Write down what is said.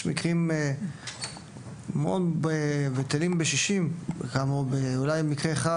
ישנם מקרים בטלים בשישים, כאמור אולי מקרה אחד.